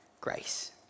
grace